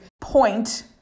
point